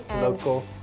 Local